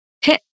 hit